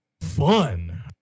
fun